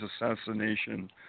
assassination